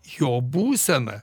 jo būsena